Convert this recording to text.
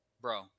bro